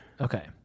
Okay